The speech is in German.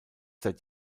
seit